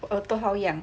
我耳朵好痒